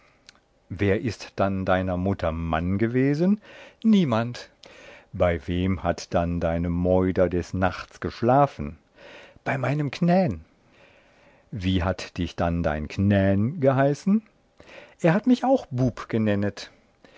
wer ist dann deiner mutter mann gewesen simpl niemand einsied bei wem hat dann deine meuder des nachts geschlafen simpl bei meinem knän einsied wie hat dich dann dein knän geheißen simpl er hat mich auch bub genennet